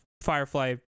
Firefly